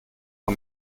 nur